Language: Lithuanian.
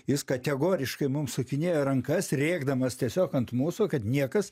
jis kategoriškai mums sukinėjo rankas rėkdamas tiesiog ant mūsų kad niekas